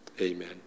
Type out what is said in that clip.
Amen